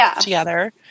together